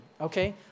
Okay